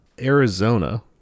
Arizona